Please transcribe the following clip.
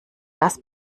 das